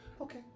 Okay